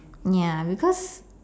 ya because